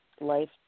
life